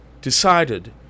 decided